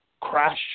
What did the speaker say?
crash